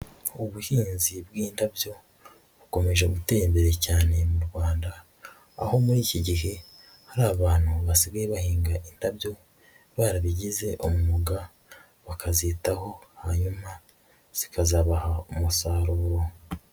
Ubuhinzi bw'indabyo bukomeje gutera imbere cyane mu Rwanda, aho muri iki gihe hari abantu basigaye bahinga indabyo barabigize umwuga, bakazitaho hanyuma zikazabaha umusaruro.